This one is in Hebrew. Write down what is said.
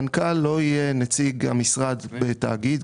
מנכ"ל לא יהיה נציג המשרד בתאגיד,